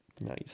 Nice